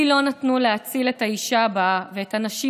לי לא נתנו להציל את האישה הבאה ואת הנשים